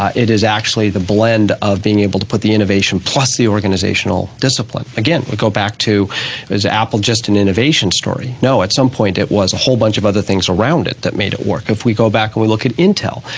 it is actually the blend of being able to put the innovation plus the organizational discipline. again, we go back to was apple just an innovation story? no, at some point it was a whole bunch of other things around it that made it work. if we go back and we look at intel,